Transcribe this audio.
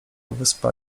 wyspa